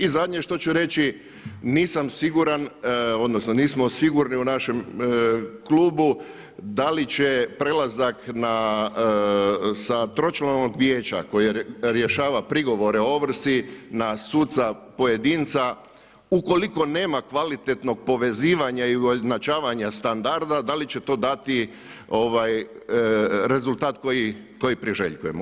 I zadnje što ću reći nisam siguran, odnosno nismo sigurni u našem klubu da li će prelazak sa tročlanog vijeća koje rješava prigovore o ovrsi na suca pojedinca ukoliko nema kvalitetno povezivanje i ujednačavanja standarda da li će to dati rezultat koji priželjkujemo.